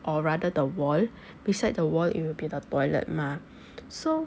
or rather the wall beside the wall it will be the toilet mah so